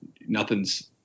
nothing's